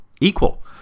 Equal